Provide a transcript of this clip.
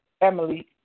Emily